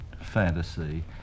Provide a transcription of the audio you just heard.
fantasy